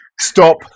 Stop